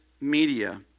media